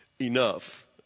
enough